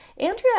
Andrea